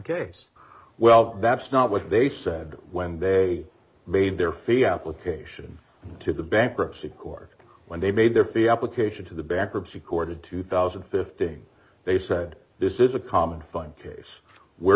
case well that's not what they said when they made their fee application to the bankruptcy court when they made their fee application to the bankruptcy court in two thousand and fifteen they said this is a common fund case we're